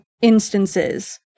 instances